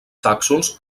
tàxons